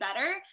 better